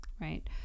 Right